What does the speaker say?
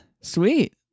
sweet